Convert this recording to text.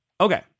Okay